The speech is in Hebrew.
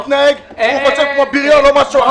הוא מתנהג כמו בריון, לא משהו אחר.